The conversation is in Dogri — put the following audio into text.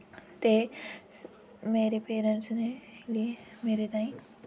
ते मेरे पेरेंट्स ने मेरे ताईं